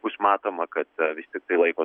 bus matoma kad vis tiktai laiko